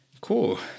Cool